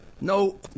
No